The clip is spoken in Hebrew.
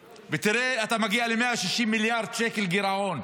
ותראה, אתה מגיע ל-160 מיליארד שקל גירעון.